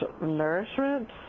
nourishment